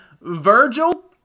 Virgil